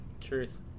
Truth